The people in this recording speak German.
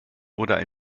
oder